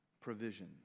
provision